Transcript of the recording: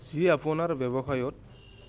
যি আপোনাৰ ব্যৱসায়ত